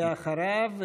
ואחריו,